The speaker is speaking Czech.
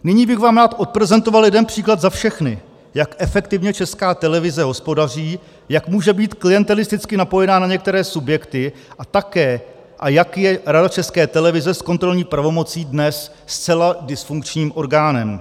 Nyní bych vám rád odprezentoval jeden příklad za všechny, jak efektivně Česká televize hospodaří, jak může být klientelisticky napojená na některé subjekty a také jak je Rada České televize s kontrolní pravomocí dnes zcela dysfunkčním orgánem.